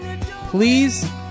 please